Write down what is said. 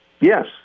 Yes